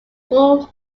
full